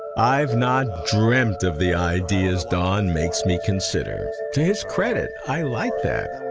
i've not dreamt of the ideas don makes me consider. to his credit, i like that,